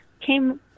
came